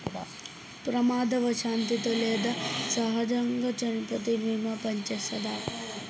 ప్రమాదవశాత్తు లేదా సహజముగా చనిపోతే బీమా పనిచేత్తదా?